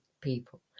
people